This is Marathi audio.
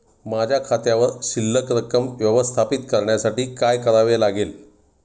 माझ्या खात्यावर शिल्लक रक्कम व्यवस्थापित करण्यासाठी काय करावे लागेल?